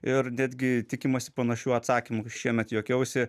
ir netgi tikimasi panašių atsakymų šiemet juokiausi